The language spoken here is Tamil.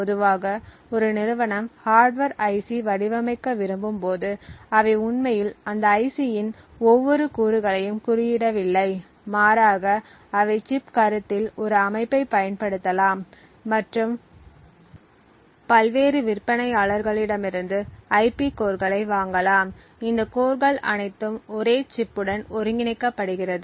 பொதுவாக ஒரு நிறுவனம் ஹார்ட்வர் ஐசி வடிவமைக்க விரும்பும்போது அவை உண்மையில் அந்த ஐசியின் ஒவ்வொரு கூறுகளையும் குறியிடவில்லை மாறாக அவை சிப் கருத்தில் ஒரு அமைப்பைப் பயன்படுத்தலாம் மற்றும் பல்வேறு விற்பனையாளர்களிடமிருந்து ஐபி கோர்களை வாங்கலாம் இந்த கோர்கள் அனைத்தும் ஒரே சிப் உடன் ஒருங்கிணைக்கப்படுகிறது